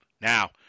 Now